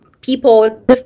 people